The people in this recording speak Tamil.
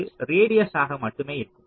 இது ரேடியஸ் ஆக மட்டுமே இருக்கும்